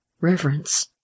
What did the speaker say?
Reverence